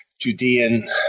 Judean